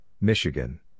Michigan